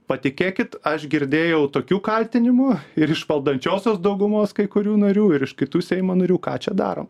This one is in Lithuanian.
patikėkit aš girdėjau tokių kaltinimų ir iš valdančiosios daugumos kai kurių narių ir iš kitų seimo narių ką čia darom